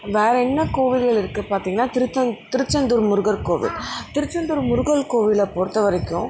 வேறு என்ன கோவில்கள் இருக்கு பார்த்தீங்கன்னா திருத்த திருச்செந்தூர் முருகர் கோவில் திருச்செந்தூர் முருகர் கோவிலை பொறுத்த வரைக்கும்